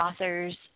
authors